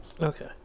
Okay